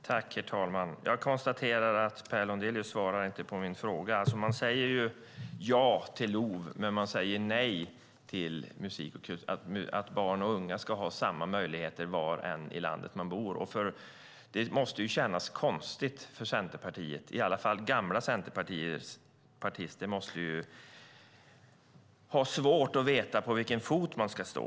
Herr talman! Jag konstaterar att Per Lodenius inte svarar på min fråga. Man säger ja till LOV, men man säger nej till att barn och unga ska ha samma möjligheter var än i landet de bor. Det måste kännas konstigt för Centerpartiet. I alla fall gamla centerpartister måste ju ha svårt att veta på vilken fot man ska stå.